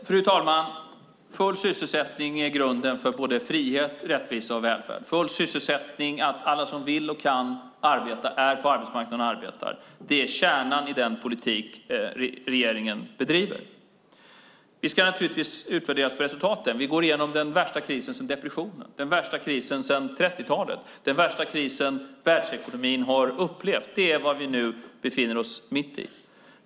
Fru talman! Full sysselsättning är grunden för såväl frihet som rättvisa och välfärd. Full sysselsättning, att alla som vill och kan arbeta är på arbetsmarknaden och arbetar, är kärnan i den politik regeringen bedriver. Vi ska naturligtvis utvärdera resultaten. Vi går igenom den värsta krisen sedan depressionen, den värsta krisen sedan 30-talet, den värsta kris världsekonomin har upplevt. Det är vad vi nu befinner oss mitt i.